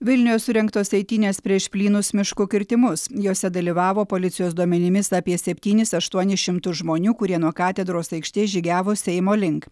vilniuje surengtos eitynės prieš plynus miško kirtimus jose dalyvavo policijos duomenimis apie septynis aštuonis šimtus žmonių kurie nuo katedros aikštės žygiavo seimo link